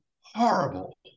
horrible